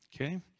Okay